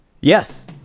yes